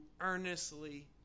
earnestly